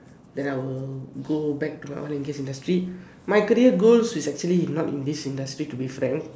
then I will go back to my oil and gas industry my career goals is actually not in this industry to be frank